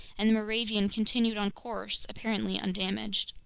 and the moravian continued on course apparently undamaged.